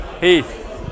Heath